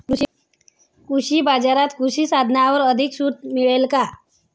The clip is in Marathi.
कृषी बाजारात कृषी साधनांवर अधिक सूट मिळेल का?